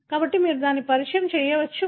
కాబట్టి మీరు దానిని పరిచయం చేయవచ్చు